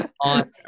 on